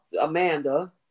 Amanda